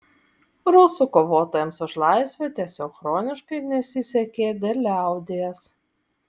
rusų kovotojams už laisvę tiesiog chroniškai nesisekė dėl liaudies